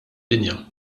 dinja